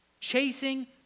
chasing